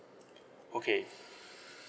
okay